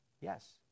Yes